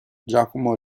giacomo